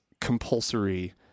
compulsory